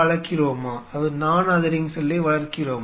வளர்க்கிறோமா